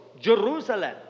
Jerusalem